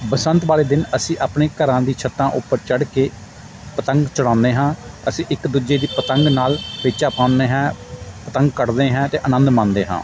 ਬਸੰਤ ਵਾਲੇ ਦਿਨ ਅਸੀਂ ਆਪਣੇ ਘਰਾਂ ਦੀ ਛੱਤਾਂ ਉੱਪਰ ਚੜ੍ਹ ਕੇ ਪਤੰਗ ਚੜਾਉਂਦੇ ਹਾਂ ਅਸੀਂ ਇੱਕ ਦੂਜੇ ਦੀ ਪਤੰਗ ਨਾਲ਼ ਪੇਚਾ ਪਾਉਂਦੇ ਹਾਂ ਪਤੰਗ ਕੱਟਦੇ ਹਾਂ ਅਤੇ ਆਨੰਦ ਮਾਣਦੇ ਹਾਂ